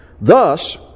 Thus